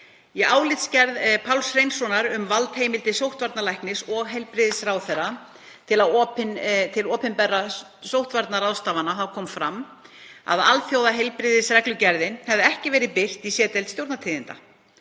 Í álitsgerð Páls Hreinssonar um valdheimildir sóttvarnalæknis og heilbrigðisráðherra til opinberra sóttvarnaráðstafana kom fram að alþjóðaheilbrigðisreglugerðin hefði ekki verið birt í C-deild Stjórnartíðinda.